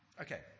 Okay